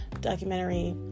documentary